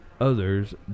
Others